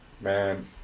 man